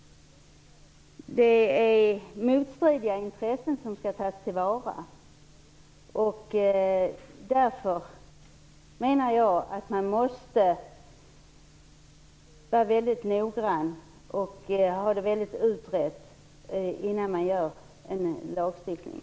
Det är motstridiga intressen som skall tas till vara. Därför menar jag att man måste vara väldigt noggrann och få det ordentligt utrett innan man gör en lagstiftning.